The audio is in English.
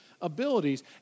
abilities